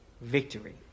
victory